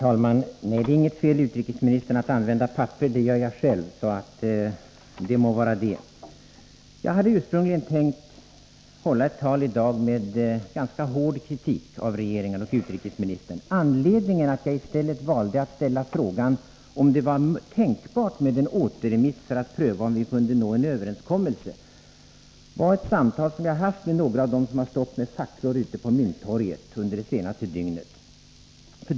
Herr talman! Nej, utrikesministern, det är inget fel att använda manuskript — det gör jag själv. Jag hade ursprungligen tänkt hålla ett tal i dag med ganska hård kritik av regeringen och utrikesministern. Anledningen till att jag i stället valde att ställa frågan om det var tänkbart med en återremiss för att pröva om vi kunde nå en överenskommelse var ett samtal jag hade med några av dem som har stått med facklor ute på Mynttorget under det senaste dygnet.